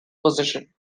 position